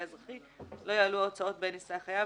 אזרחי לא יעלו ההוצאות בהן יישא החייב,